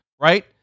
Right